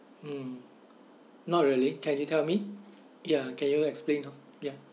mm not really can you tell me ya can you explain to ya